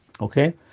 Okay